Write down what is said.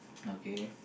okay